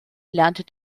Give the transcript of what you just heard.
lernte